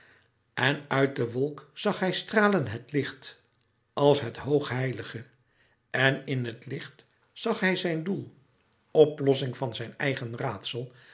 en uit de wolk zag hij stralen het licht als het hoog heilige en in het licht zag hij zijn doel oplossing van zijn eigen raadsel